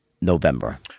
November